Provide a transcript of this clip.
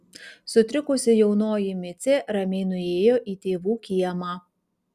sutrikusi jaunoji micė ramiai nuėjo į tėvų kiemą